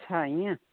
अच्छा ईअं